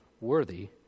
worthy